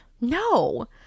No